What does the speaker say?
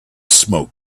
smoke